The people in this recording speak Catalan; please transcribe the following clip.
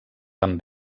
van